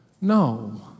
no